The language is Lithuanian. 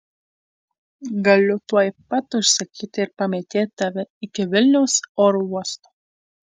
galiu tuoj pat užsakyti ir pamėtėt tave iki vilniaus oro uosto